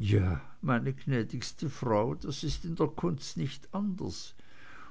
ja meine gnädigste frau das ist in der kunst nicht anders